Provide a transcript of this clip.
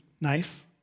nice